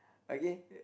okay